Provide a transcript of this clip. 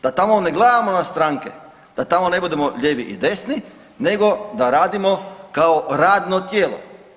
Da tamo ne gledamo na stranke, da tamo ne budemo lijevi i desni nego da radimo kao radno tijelo.